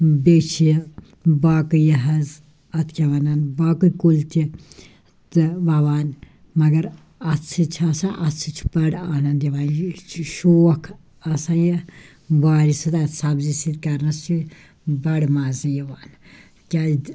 بیٚیہِ چھِ یہِ باقٕے یہِ حظ اَتھ کیٛاہ وَنان باقٕے کُلۍ تہِ تہٕ وَوان مگر اَتھ سۭتۍ چھِ آسان اَتھ سۭتۍ چھِ بٔڑ آنَنٛد یِوان یہِ چھِ شوق آسان یہِ وارِ سۭتۍ اَتھ سبزی سۭتۍ کَرنَس چھِ بَڑٕ مَزٕ یِوان کیٛازِ